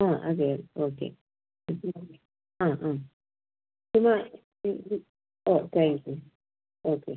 ആ അതെ ഓക്കെ ഇത് അല്ലേ ആ ആ എന്നാൽ ശരി ആ താങ്ക് യൂ ഓക്കെ